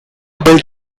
built